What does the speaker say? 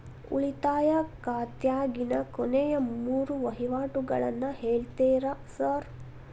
ಉಳಿತಾಯ ಖಾತ್ಯಾಗಿನ ಕೊನೆಯ ಮೂರು ವಹಿವಾಟುಗಳನ್ನ ಹೇಳ್ತೇರ ಸಾರ್?